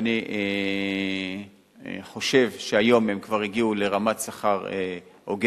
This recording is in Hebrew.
ואני חושב שהיום הם כבר הגיעו לרמת שכר הוגנת